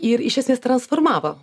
ir iš esmės transformavo